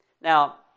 Now